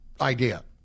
idea